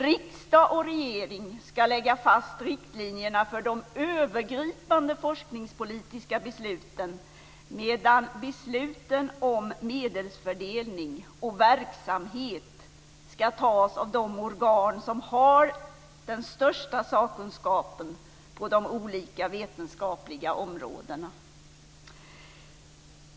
Riksdag och regering ska lägga fast riktlinjerna för de övergripande forskningspolitiska besluten, medan besluten om medelsfördelning och verksamhet ska fattas av de organ som har den största sakkunskapen på de olika vetenskapliga områdena.